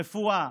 רפואה,